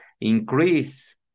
increase